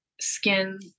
skin